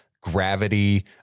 gravity